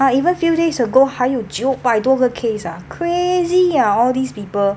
ah even few days ago 九百多个 case ah crazy ah all these people